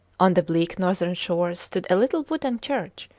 on the bleak northern shores stood a little wooden church,